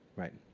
right?